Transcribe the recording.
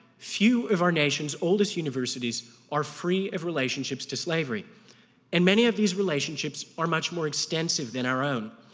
few of our nation's oldest universities are free of relationships to slavery and many of these relationships are much more extensive than our own.